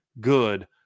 good